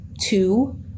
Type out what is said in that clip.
two